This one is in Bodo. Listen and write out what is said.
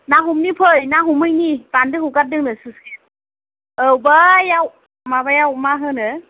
ना हमनि फै ना हमहैनि बान्दो हगारदों नो स्लुइस गेट औ बैयाव माबायाव मा होनो